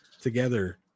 Together